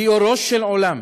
היא "אורו של עולם",